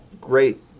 great